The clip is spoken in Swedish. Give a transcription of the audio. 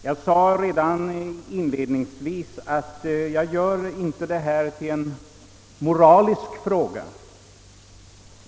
Jag sade redan inledningsvis att jag inte gör detta till en moralisk fråga.